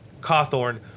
Cawthorn